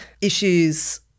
issues